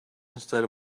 instead